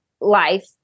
life